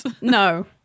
no